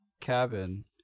cabin